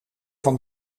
van